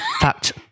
Fact